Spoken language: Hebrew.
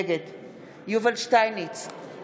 נגד יובל שטייניץ,